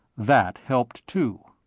that helped, too.